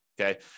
Okay